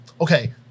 okay